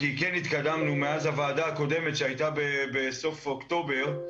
כי כן התקדמנו מאז הוועדה הקודמת שהייתה בסוף אוקטובר.